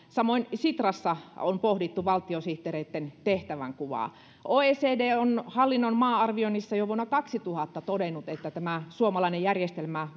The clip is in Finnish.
samoin sitrassa on pohdittu valtiosihteereitten tehtävänkuvaa oecd on hallinnon maa arvioinnissa jo vuonna kaksituhatta todennut että tämä suomalainen järjestelmä